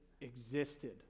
existed